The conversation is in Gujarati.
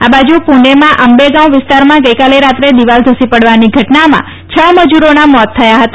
આ બાજુ પૂને માં અંબેગાંવ વિસ્તારમાં ગઇકાલે રાત્રે દિવાલ ધસી પડવાની ઘટનામાં હ મજૂરોના મોત થયા હતા